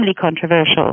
controversial